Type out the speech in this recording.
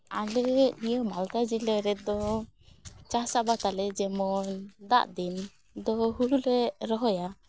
ᱟᱞᱮ ᱱᱤᱭᱟ ᱢᱟᱞᱫᱟ ᱡᱮᱞᱟ ᱨᱮᱫᱚ ᱪᱟᱥ ᱟᱵᱟᱫᱟᱞᱮ ᱡᱮᱢᱚᱱ ᱫᱟᱜ ᱫᱤᱱ ᱫᱚ ᱦᱳᱲᱳ ᱞᱮ ᱨᱚᱦᱚᱭᱟ